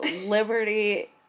Liberty